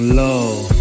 love